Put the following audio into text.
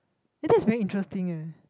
eh that's very interesting eh